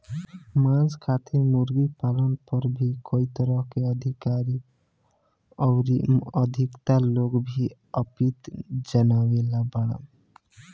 मांस खातिर मुर्गी पालन पर भी कई तरह के अधिकारी अउरी अधिवक्ता लोग भी आपत्ति जतवले बाड़न